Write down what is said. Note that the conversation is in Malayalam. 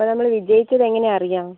അപ്പോൾ നമ്മള് വിജയിച്ചത് എങ്ങനെ അറിയാം